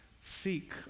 seek